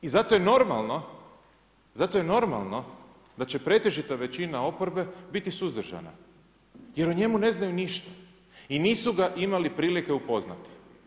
I zato je normalno da će pretežita većina oporbe biti suzdržana jer o njemu ne znaju ništa i nisu ga imali prilike upoznati.